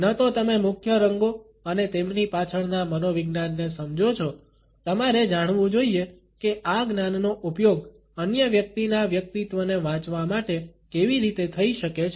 ન તો તમે મુખ્ય રંગો અને તેમની પાછળના મનોવિજ્ઞાનને સમજો છો તમારે જાણવું જોઈએ કે આ જ્ઞાનનો ઉપયોગ અન્ય વ્યક્તિના વ્યક્તિત્વને વાંચવા માટે કેવી રીતે થઈ શકે છે